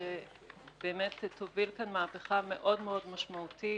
שבאמת תוביל כאן מהפכה משמעותית מאוד